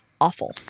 awful